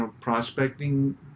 prospecting